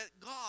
God